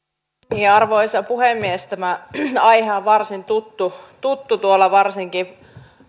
arvoisa puhemies tämä aihehan on varsin tuttu tuttu varsinkin